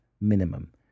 minimum